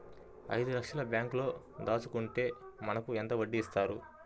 ఐదు లక్షల బ్యాంక్లో దాచుకుంటే మనకు ఎంత వడ్డీ ఇస్తారు?